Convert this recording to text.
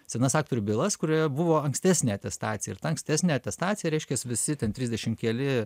senas aktorių bylas kurioje buvo ankstesnė atestacija ir ta ankstesnė atestacija reiškias visi ten trisdešimt keli